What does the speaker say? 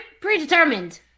Predetermined